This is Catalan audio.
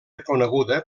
reconeguda